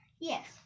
Yes